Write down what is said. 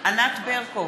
ענת ברקו,